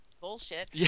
bullshit